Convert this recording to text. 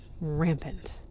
rampant